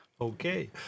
Okay